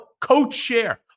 co-chair